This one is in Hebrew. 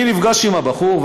אני נפגש עם הבחור,